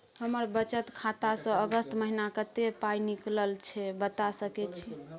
हमर बचत खाता स अगस्त महीना कत्ते पाई निकलल छै बता सके छि?